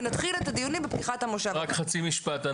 ונתחיל את הדיונים בפתיחת המושב הבא.